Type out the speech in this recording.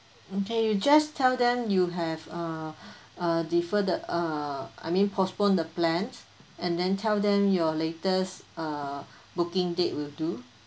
okay you just tell them you have uh uh defer the uh I mean postpone the plan and then tell them your latest uh booking date will do